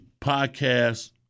podcasts